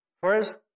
First